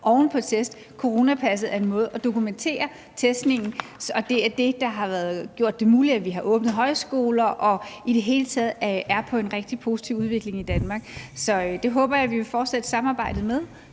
oven på test, coronapasset er en måde at dokumentere testningen, og det er det, der har gjort det muligt, at vi har åbnet højskoler og i det hele taget er på en rigtig positiv udvikling i Danmark. Så det håber jeg vi vil fortsætte samarbejdet med